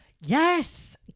Yes